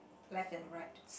left and right